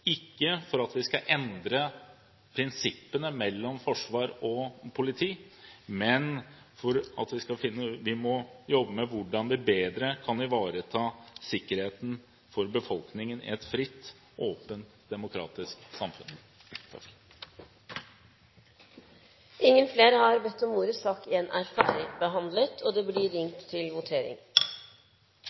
politi, men for at vi bedre kan ivareta sikkerheten for befolkningen i et fritt, åpent, demokratisk samfunn. Flere har ikke bedt om ordet til sak nr. 1. Da er Stortinget klar til å gå til votering.